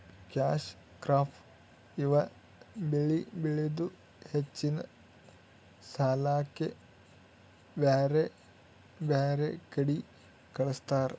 cash crop ಇವ್ ಬೆಳಿ ಬೆಳದು ಹೆಚ್ಚಿನ್ ಸಾಲ್ಯಾಕ್ ಬ್ಯಾರ್ ಬ್ಯಾರೆ ಕಡಿ ಕಳಸ್ತಾರ್